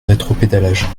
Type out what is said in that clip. rétropédalages